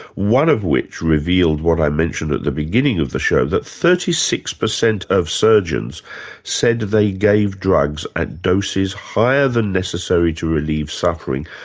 one of which revealed what i mentioned at the beginning of the show, that thirty six percent of surgeons said they gave drugs at doses higher than necessary to relieve suffering,